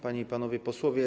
Panie i Panowie Posłowie!